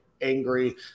angry